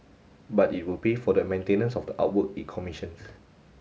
but it will pay for the maintenance of the artwork it commissions